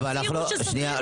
מנהל בית החולים השלישי בנצרת,